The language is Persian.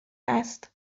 است